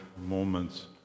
moments